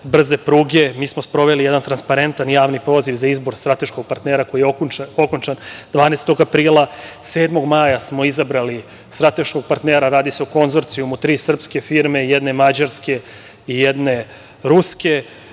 brze pruge. Mi smo sproveli jedan transparentan javni poziv za izbor strateškog partnera, koji je okončan 12. aprila. Sedmog maja smo izabrali strateškog partnera. Radi se o konzorcijumu tri srpske firme, jedne mađarske i jedne ruske.